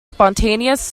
spontaneous